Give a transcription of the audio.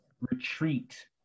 retreat